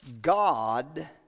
God